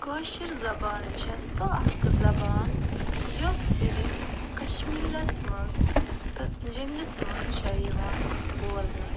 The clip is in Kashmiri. کٲشِر زبان چھِ سۄ اَکھ زبان یۄس صِرف کَشمیٖرَس منٛز تہٕ جوٚمِس منٛز چھِ یِوان بولنہٕ